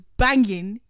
banging